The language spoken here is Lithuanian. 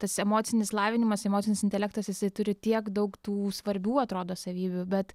tas emocinis lavinimas emocinis intelektas jisai turi tiek daug tų svarbių atrodo savybių bet